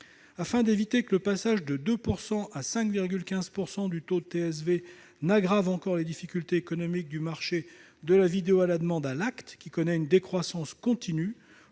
Afin d'éviter que le passage de 2 à 5,15 % du taux de TSV n'aggrave encore les difficultés économiques du marché de la VOD à l'acte, qui connaît une décroissance continue,